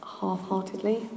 half-heartedly